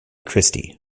christie